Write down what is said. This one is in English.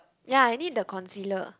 ya I need the concealer